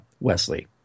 Wesley